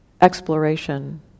exploration